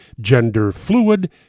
gender-fluid